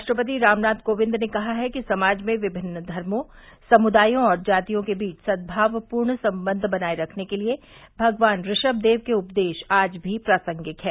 राष्ट्रपति रामनाथ कोविंद ने कहा है कि समाज में विभिन्न धर्मों समुदायों और जातियों के बीच सदभावपूर्ण संबंध बनाये रखने के लिए भगवान ऋष्मदेव के उपदेश आज भी प्रासंगिक हैं